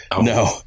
No